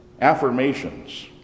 Affirmations